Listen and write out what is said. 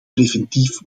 preventief